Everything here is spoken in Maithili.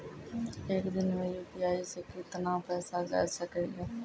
एक दिन मे यु.पी.आई से कितना पैसा जाय सके या?